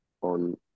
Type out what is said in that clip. on